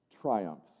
triumphs